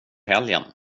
helgen